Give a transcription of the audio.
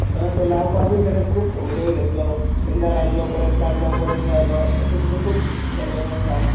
तो लावपाकूय ताणें खूब वेळ घेतलो एकदां लायलो परत काडलो परत लायलो अशें ताचें खूब चललेलें आसा